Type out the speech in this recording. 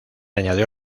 añadió